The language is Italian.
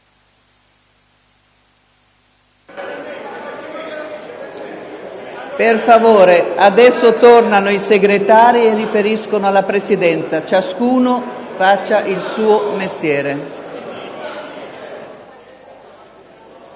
Per favore, calma. Adesso i Segretari riferiranno alla Presidenza; ciascuno faccia il suo mestiere.